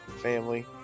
family